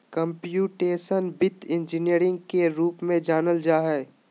computational वित्त engineering के रूप में जानल जा हइ